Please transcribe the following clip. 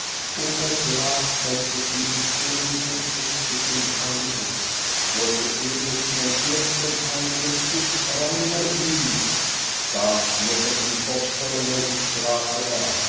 hervor und der graf preßte sie in stürmischem entzücken an die brust wollte eben den ersten heiligen kuß reiner lie da schmetterten posthörner die straße herab